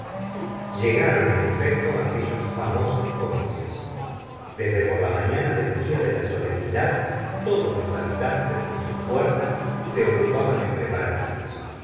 llegaron en efecto aquellos famosos comicios desde por la mañana del día de la solemnidad todos los habitantes en sus puertas se ocupaban en preparativos